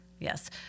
Yes